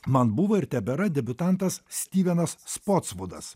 man buvo ir tebėra debiutantas styvenas spocvudas